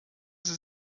sie